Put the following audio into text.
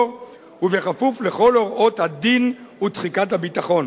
ובכפוף לכל הוראות הדין ותחיקת הביטחון.